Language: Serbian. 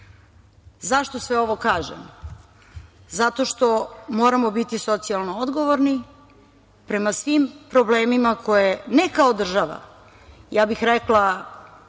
sve ovo kažem? Zato što moramo biti socijalno odgovorni prema svim problemima koje ne kao država, ja bih rekla